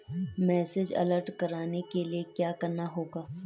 Message alert करवाने के लिए क्या करना होगा?